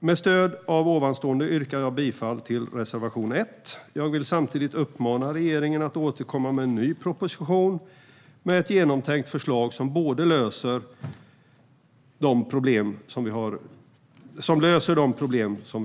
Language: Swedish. Med stöd av det jag sagt här yrkar jag bifall till reservation 1. Jag vill samtidigt uppmana regeringen att återkomma med en ny proposition med ett genomtänkt förslag som löser de problem som